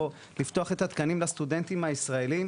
או לפתוח את התקנים לסטודנטים הישראלים,